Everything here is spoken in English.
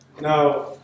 Now